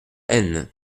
aisne